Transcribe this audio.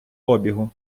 обігу